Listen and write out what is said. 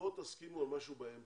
בואו תסכימו על משהו באמצע.